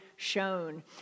Shown